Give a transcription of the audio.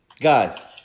Guys